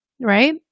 right